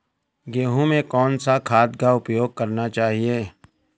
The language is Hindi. गेहूँ में कौन सा खाद का उपयोग करना चाहिए?